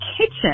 kitchen